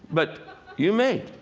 but you may,